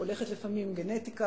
הולכת לפעמים עם גנטיקה,